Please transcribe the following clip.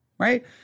right